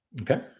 Okay